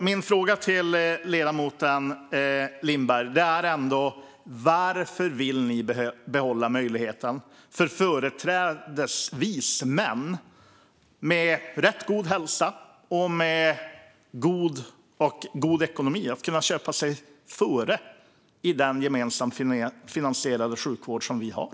Min fråga till ledamoten Lindberg är: Varför vill ni behålla möjligheten för företrädesvis män med rätt god hälsa och god ekonomi att köpa sig förtur i den gemensamt finansierade sjukvård som vi har?